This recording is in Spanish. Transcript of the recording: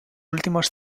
últimos